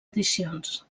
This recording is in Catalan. edicions